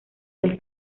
del